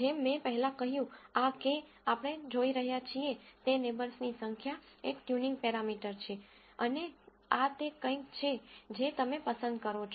જેમ મેં પહેલાં કહ્યું આ k આપણે જોઈ રહ્યા છીએ તે નેબર્સની સંખ્યા એક ટ્યુનિંગ પેરામીટર છે અને આ તે કંઈક છે જે તમે પસંદ કરો છો